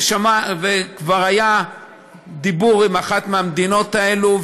וכבר היה דיבור עם אחת מהמדינות האלו,